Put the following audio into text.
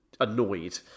Annoyed